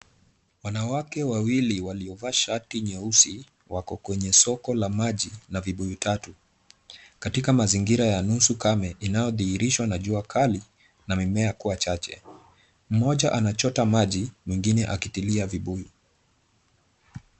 Wanawake wawili waliovaa shati nyeusi, wako kwenye soko la maji na vibuyu tatu. Katika mazingira ya nusu kame, inayo dhihirishwa na jua kali na mimea kuwa chache. Mmoja anachota maji, mwingine akitilia vibuyu.